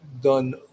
done